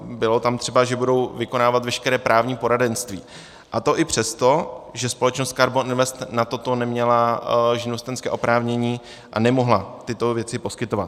Bylo tam třeba, že budou vykonávat veškeré právní poradenství, a to i přesto, že společnosti KARBON INVEST na toto neměla živnostenské oprávnění a nemohla tyto věci poskytovat.